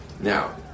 Now